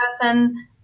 person